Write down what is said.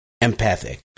empathic